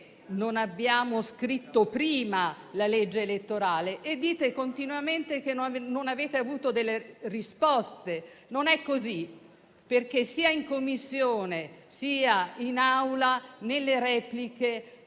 non abbiamo scritto prima la legge elettorale e dite continuamente che non avete avuto delle risposte. Non è così, perché sia in Commissione, sia in Aula, nelle repliche